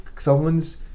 someone's